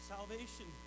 Salvation